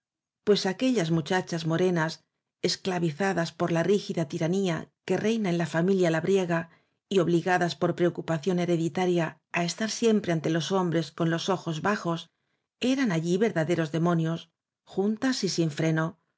pues aquellas muchachas morenas esclavizadas por la rígida tiranía que reina en la familia labriega y obligadas por preocupación hereditaria á estar siempre ante los hombres con los ojos bajos eran allí ver daderos demonios juntas y sin freno